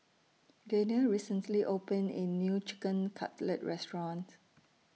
Gaynell recently opened A New Chicken Cutlet Restaurant